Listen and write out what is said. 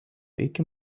iki